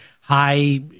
high